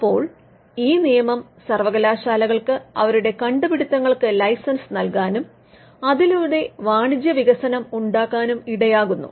അപ്പോൾ ഈ നിയമം സർവകലാശാലകൾക്ക് അവരുടെ കണ്ടുപിടുത്തങ്ങൾക്ക് ലൈസൻസ് നൽകാനും അതിലൂടെ വാണിജ്യവികസനം ഉണ്ടാകാനും ഇടയായാകുന്നു